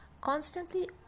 constantly